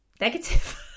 negative